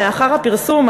לאחר הפרסום,